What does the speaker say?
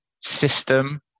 system